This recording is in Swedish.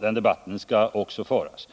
Den debatten skall också föras.